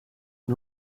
een